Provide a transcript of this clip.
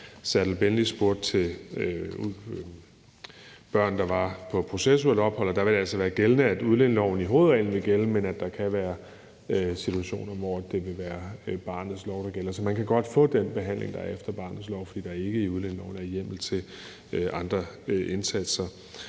Serdal Benli spurgte til børn, der var på processuelt ophold, og der vil det altså være gældende, at udlændingeloven i hovedreglen vil gælde, men at der kan være situationer, hvor det vil være barnets lov, der gælder. Så man kan godt få den behandling, der er efter barnets lov, fordi der ikke i udlændingeloven er hjemmel til andre indsatser.